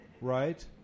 right